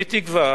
אני תקווה